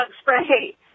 spray